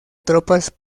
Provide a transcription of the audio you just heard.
tropas